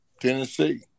Tennessee